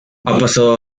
pasado